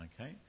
Okay